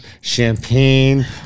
champagne